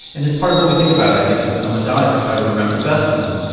and it's part of what we think about i think when someone dies, we try to remember the best of them,